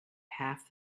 half